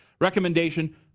Recommendation